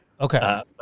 Okay